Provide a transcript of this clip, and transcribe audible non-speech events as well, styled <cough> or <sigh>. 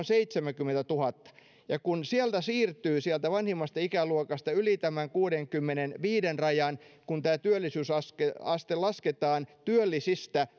<unintelligible> seitsemänkymmentätuhatta ja kun sieltä siirtyy sieltä vanhimmasta ikäluokasta yli tämän kuudenkymmenenviiden rajan kun tämä työllisyysaste lasketaan työllisistä <unintelligible>